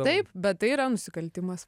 taip bet tai yra nusikaltimas